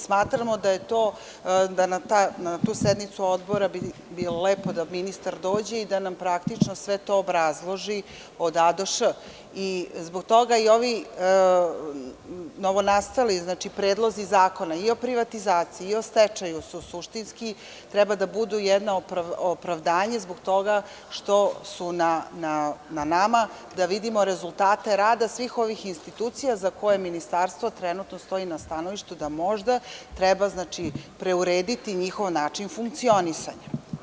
Smatramo da bi bilo lepo da na tu sednicu odbora ministar dođe i da nam lično sve to obrazloži od a do š. Zbog toga i ovi novo nastali predlozi zakona o privatizacija i stečaju treba da budu jedno opravdanje zbog toga što je na nama da vidimo rezultate rada svih ovih institucija za koje ministarstvo trenutno stoji na stanovištu da možda treba preurediti njihov način funkcionisanja.